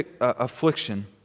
affliction